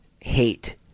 hate